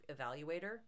evaluator